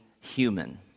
human